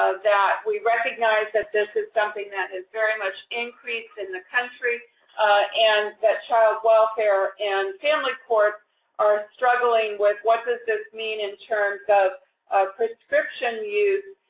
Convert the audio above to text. that we recognize that this is something that has very much increased in the country and that child welfare and family courts are struggling with, what does this mean, in terms of prescription use,